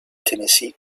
tennessee